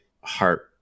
heart